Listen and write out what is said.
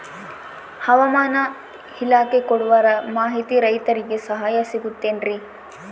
ಹವಮಾನ ಇಲಾಖೆ ಕೊಡುವ ಮಾಹಿತಿ ರೈತರಿಗೆ ಸಹಾಯವಾಗುತ್ತದೆ ಏನ್ರಿ?